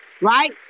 right